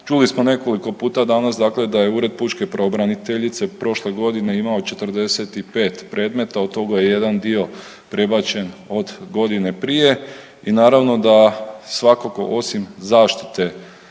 Čuli smo nekoliko puta danas, dakle da je Ured pučke pravobraniteljice prošle godine imao 45 predmeta. Od toga je jedan dio prebačen od godine prije i naravno da svatko osim zaštite